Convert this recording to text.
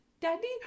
Daddy